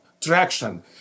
traction